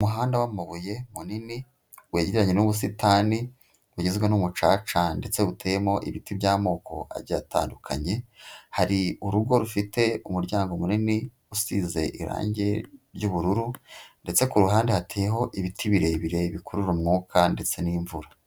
Umuhanda wamabuye munini, wejyeranye n'ubusitani bugizwe n'umucaca ndetse buteyemo ibiti by'amoko agiye atandukanye, hari urugo rufite umuryango munini usize irangi ry'ubururu, ndetse kuru ruhande hateyeho ibiti birebire, bikurura umwuka ndetse n'imvura.